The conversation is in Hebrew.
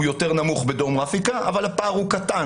יותר נמוך בדרום אפריקה אבל הפער הוא קטן.